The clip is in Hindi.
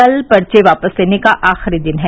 कल पर्च वापस लेने का आखिरी दिन है